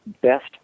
best